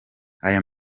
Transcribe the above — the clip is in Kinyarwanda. aya